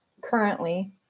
currently